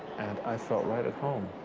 and i felt right at home,